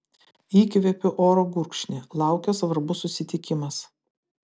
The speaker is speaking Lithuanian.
įkvėpiu oro gurkšnį laukia svarbus susitikimas